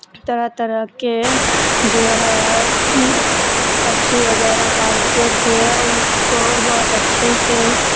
طرح طرح کے جو ہے پکچھی وغیرہ پالتے تھے ان کو بہت اچھے سے